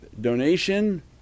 donation